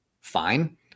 fine